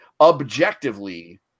objectively